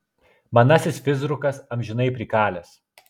manasis fizrukas amžinai prikalęs